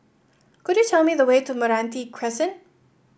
could you tell me the way to Meranti Crescent